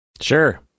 Sure